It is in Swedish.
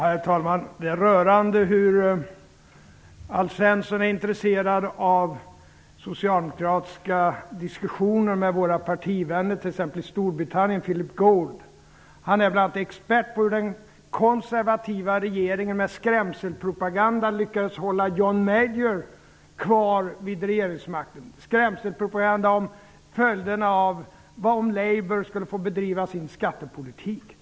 Herr talman! Det är rörande hur Alf Svensson är intresserad av socialdemokratiska diskussioner med våra partivänner, t.ex. med Philip Gould i Storbritannien. Denne är bl.a. expert på hur den konservativa regeringen med skrämselpropaganda lyckades hålla John Major kvar vid regeringsmakten. Man inriktade sig då på vad som skulle bli följderna, om Labour skulle få bedriva sin skattepolitik.